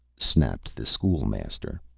snapped the school-master.